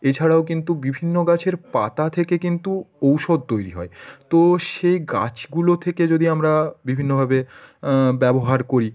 এছাড়াও কিন্তু বিভিন্ন গাছের পাতা থেকে কিন্তু ঔষধ তৈরি হয় তো সেই গাছগুলো থেকে যদি আমরা বিভিন্নভাবে ব্যবহার করি